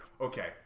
Okay